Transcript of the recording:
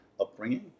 upbringing